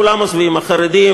כולם עוזבים: חרדים,